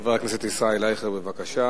חבר הכנסת ישראל אייכלר, בבקשה.